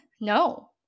No